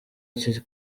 icyo